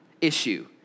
issue